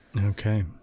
Okay